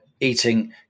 eating